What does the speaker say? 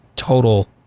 total